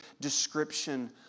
description